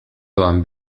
doan